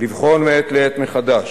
לבחון מעת לעת מחדש